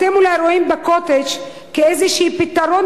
אתם אולי רואים ב"קוטג'" איזשהו פתרון